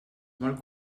molt